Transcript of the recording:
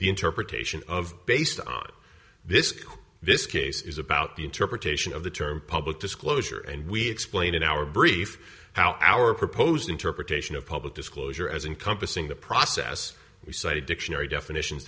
the interpretation of based on this this case is about the interpretation of the term public disclosure and we explained in our brief how our proposed interpretation of public disclosure as encompassing the process we cited dictionary definitions